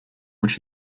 which